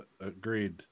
agreed